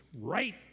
right